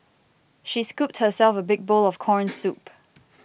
she scooped herself a big bowl of Corn Soup